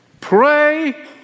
Pray